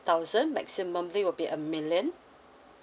thousand maximally will be a million